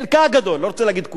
חלקה הגדול, אני לא רוצה להגיד כולה.